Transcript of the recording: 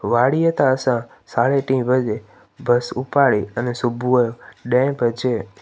वाड़ीअ तां असां साढ़े टीं बजे बस उपाड़ी अने सुबुह ॾह बजे